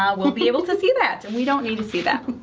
um we'll be able to see that, and we don't need to see that.